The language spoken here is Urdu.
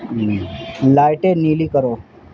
لائٹیں نیلی کرو